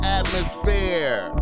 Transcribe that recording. atmosphere